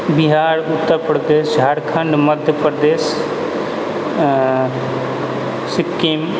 Bihar Uttar Pradesh Jharkhand Madhya Pradesh Sikkim